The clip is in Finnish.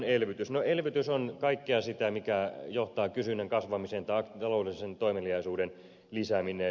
no elvytys on kaikkea sitä mikä johtaa kysynnän kasvamiseen ja taloudellisen toimeliaisuuden lisäämiseen